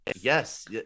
yes